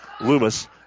Loomis